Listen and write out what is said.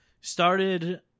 started